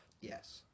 Yes